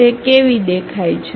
તે કેવી દેખાય છે